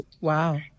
Wow